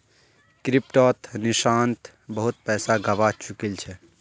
क्रिप्टोत निशांत बहुत पैसा गवा चुकील छ